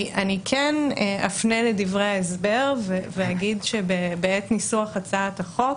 אני כן אפנה לדברי ההסבר ואומר שבעת ניסוח הצעת החוק